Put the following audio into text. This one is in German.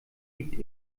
gibt